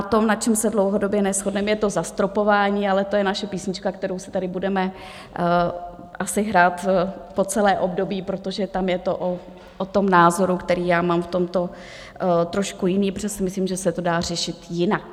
To, na čem se dlouhodobě neshodneme, je to zastropování, ale to je naše písnička, kterou si tady budeme asi hrát po celé období, protože tam je to o tom názoru, který já mám v tomto trošku jiný, protože si myslím, že se to dá řešit jinak.